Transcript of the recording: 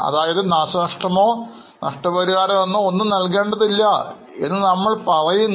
അതായത് നാശനഷ്ടമോ നഷ്ടപരിഹാരമെന്നോ ഒന്നും നൽകേണ്ടതില്ല എന്ന് നമ്മൾ പറയുന്നു